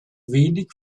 wenig